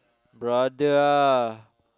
brother ah